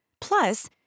Plus